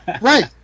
Right